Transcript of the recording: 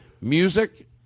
music